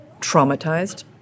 traumatized